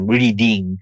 reading